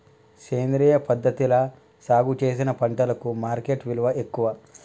సేంద్రియ పద్ధతిలా సాగు చేసిన పంటలకు మార్కెట్ విలువ ఎక్కువ